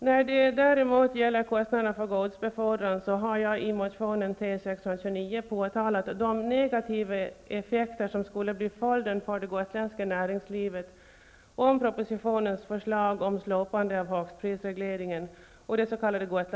När det däremot gäller kostnaderna för godsbefordran har jag i motion T629 påtalat de negativa effekter som skulle bli följden för det gotländska näringslivet om propositionens förslag om slopande av högstprisregleringen och det s.k.